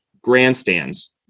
grandstands